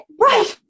Right